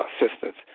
assistance